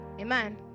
Amen